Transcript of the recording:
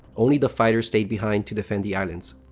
only the fighters stayed behind to defend the islands.